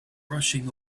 rushing